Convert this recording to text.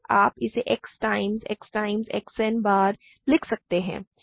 आप इसे X times X times X n बार लिख सकते हैं